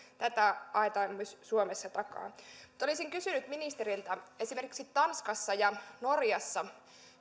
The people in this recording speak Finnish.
tätä haetaan myös suomessa takaa mutta olisin kysynyt ministeriltä esimerkiksi tanskassa ja norjassa